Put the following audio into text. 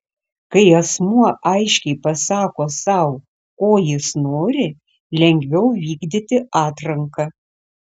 kai asmuo aiškiai pasako sau ko jis nori lengviau vykdyti atranką